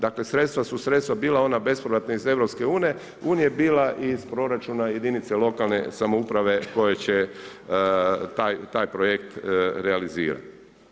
Dakle sredstva su sredstva bila ona bespovratna iz EU, bila iz proračuna jedinice lokalne samouprave koje će taj projekt realizirati.